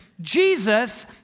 Jesus